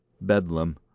Bedlam